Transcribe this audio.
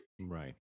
Right